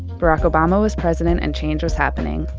barack obama was president and change was happening.